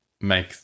make